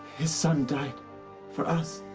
his son died for us.